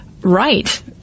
right